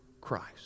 Christ